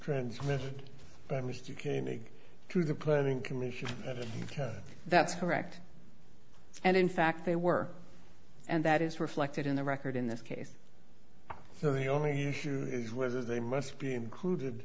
transmitted by mr cain made to the planning commission that's correct and in fact they were and that is reflected in the record in this case so the only issue is whether they must be included